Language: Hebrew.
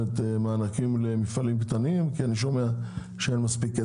מענקים למפעלים קטנים כי אני שומע שאין שם מספיק,